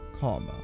Karma